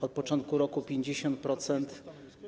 Od początku roku 50%.